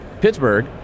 Pittsburgh